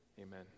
Amen